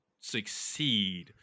succeed